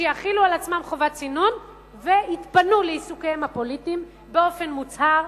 שיחילו על עצמם חובת צינון ויתפנו לעיסוקיהם הפוליטיים באופן מוצהר,